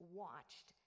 watched